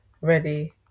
ready